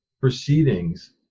proceedings